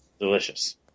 Delicious